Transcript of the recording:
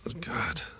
God